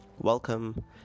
welcome